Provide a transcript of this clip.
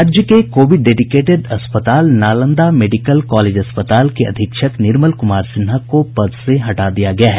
राज्य के covid dedicated अस्पताल नालंदा मेडिकल कॉलेज अस्पताल के अधीक्षक निर्मल कुमार सिन्हा को पद से हटा दिया गया है